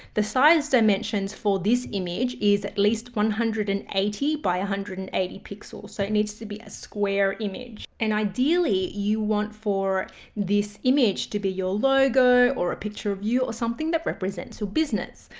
the size dimensions for this image is at least one hundred and eighty by one hundred and eighty pixels. so it needs to be a square image, and ideally you want for this image to be your logo or a picture of you or something that represents your so business.